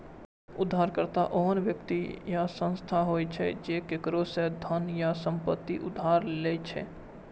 उधारकर्ता ओहन व्यक्ति या संस्था होइ छै, जे केकरो सं धन या संपत्ति उधार लै छै